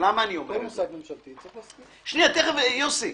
כל מוסד ממשלתי צריך --- תיכף, יוסי.